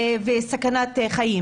וסכנת חיים.